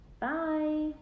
Bye